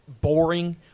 boring